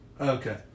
Okay